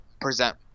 present